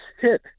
hit